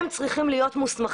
הם אלו שצריכים להיות מוסמכים.